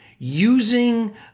using